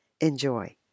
Enjoy